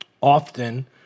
Often